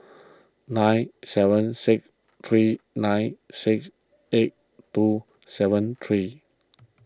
nine seven six three nine six eight two seven three